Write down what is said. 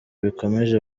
bikomeje